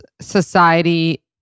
society